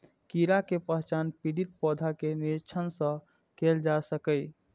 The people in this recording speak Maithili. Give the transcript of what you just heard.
कीड़ा के पहचान पीड़ित पौधा के निरीक्षण सं कैल जा सकैए